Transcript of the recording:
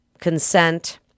consent